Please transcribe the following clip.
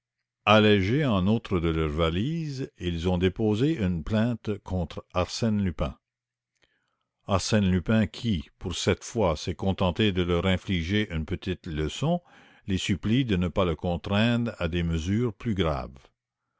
allégés en outre de leurs valises ils ont déposé une plainte contre arsène lupin arsène lupin qui pour cette fois s'est contenté de leur infliger une petite leçon les supplie de ne pas le contraindre à des mesures plus graves